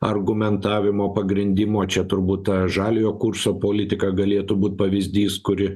argumentavimo pagrindimo čia turbūt žaliojo kurso politika galėtų būt pavyzdys kuri